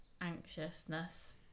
anxiousness